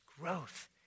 Growth